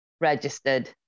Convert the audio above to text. registered